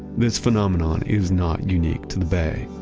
this phenomenon is not unique to the bay.